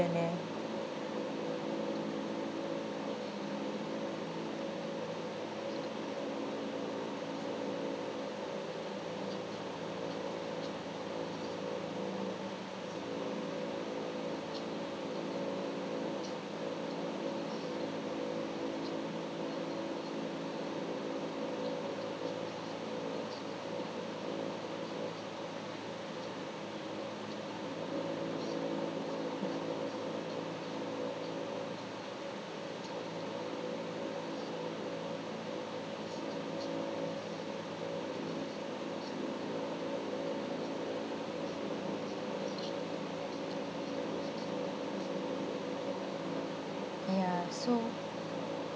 millionaire ya so